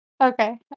Okay